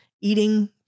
eating